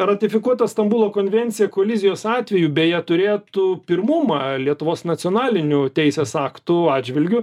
ratifikuota stambulo konvencija kolizijos atveju beje turėtų pirmumą lietuvos nacionalinių teisės aktų atžvilgiu